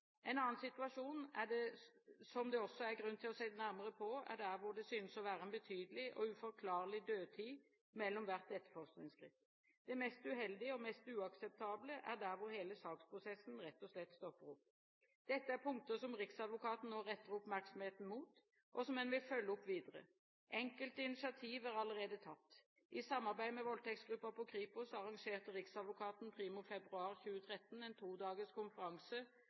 En annen situasjon som det også er grunn til å se nærmere på, er der hvor det synes å være en betydelig og uforklarlig «dødtid» mellom hvert etterforskingsskritt. Det mest uheldige, og helt uakseptable, er der hvor hele saksprosessen rett og slett stopper opp. Dette er punkter som riksadvokaten nå retter oppmerksomheten mot, og som en vil følge opp videre. Enkelte initiativ er allerede tatt. I samarbeid med Voldtektsgruppa på Kripos arrangerte riksadvokaten primo februar 2013 en todagers konferanse